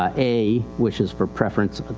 ah a which is for preference,